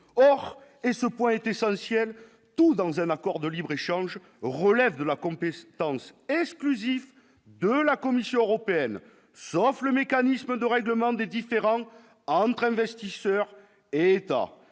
or et ce point est essentiel tôt dans un accord de libre-échange relève de la compétence exclusive de la Commission européenne, sauf le mécanisme de règlement des différends entre investisseurs et États